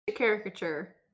caricature